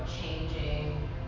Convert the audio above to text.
changing